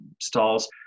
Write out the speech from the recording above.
stalls